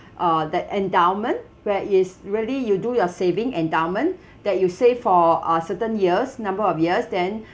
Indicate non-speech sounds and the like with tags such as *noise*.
uh that endowment where is really you do your saving endowment *breath* that you save for uh certain years number of years then